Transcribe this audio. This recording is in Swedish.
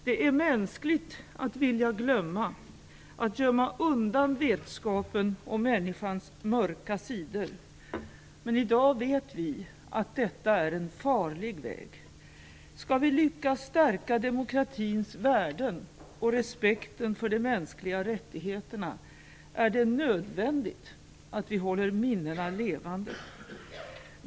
Det är mänskligt att vilja glömma, att gömma undan vetskapen om människans mörka sidor. Men i dag vet vi att detta är en farlig väg. Skall vi lyckas stärka demokratins värden och respekten för de mänskliga rättigheterna är det nödvändigt att vi håller minnena levande.